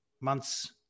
months